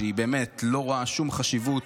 שהיא באמת לא ראה שום חשיבות,